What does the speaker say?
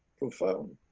profound,